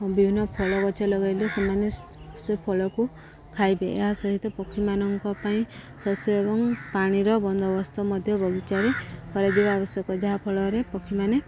ବିଭିନ୍ନ ଫଳ ଗଛ ଲଗାଇଲେ ସେମାନେ ସେ ଫଳକୁ ଖାଇବେ ଏହା ସହିତ ପକ୍ଷୀମାନଙ୍କ ପାଇଁ ଶସ୍ୟ ଏବଂ ପାଣିର ବନ୍ଦୋବସ୍ତ ମଧ୍ୟ ବଗିଚାରେ କରାଯିବା ଆବଶ୍ୟକ ଯାହାଫଳରେ ପକ୍ଷୀମାନେ